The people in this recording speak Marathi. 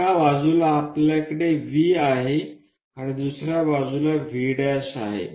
एका बाजूला आपल्याकडे V आहे तर दुसर्या बाजूला V आहे